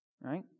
Right